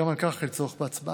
גם על כך אין צורך בהצבעה.